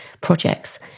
projects